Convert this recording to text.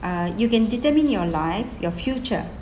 uh you can determine your life your future